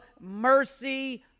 mercy